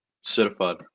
Certified